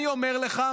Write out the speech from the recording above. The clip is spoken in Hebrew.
אני אומר לך,